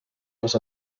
les